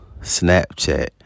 Snapchat